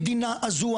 המדינה הזו,